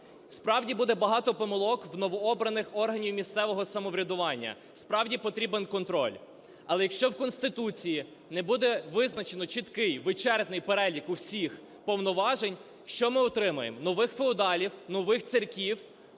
Справді, буде багато помилок в новообраних органів місцевого самоврядування, справді, потрібен контроль. Але, якщо в Конституції не буде визначено чіткий, вичерпний перелік усіх повноважень, що ми отримаємо? Нових феодалів, нових царьків,